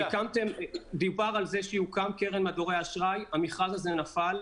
דובר על כך שתוקם קרן והמכרז הזה נפל.